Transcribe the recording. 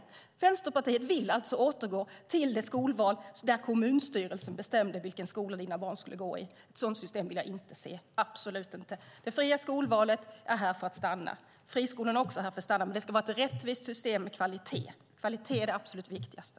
Vänsterpartiet vill alltså återgå till det skolsystem där kommunstyrelsen bestämde vilken skola barnen skulle gå i. Ett sådant system vill jag inte se, absolut inte. Det fria skolvalet är här för att stanna. Friskolorna är också här för att stanna, men det ska vara ett rättvist system med kvalitet. Kvalitet är det absolut viktigaste.